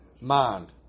mind